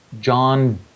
John